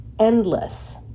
endless